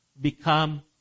become